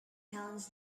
helens